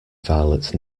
violet